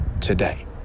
today